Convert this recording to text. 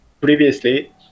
Previously